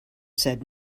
said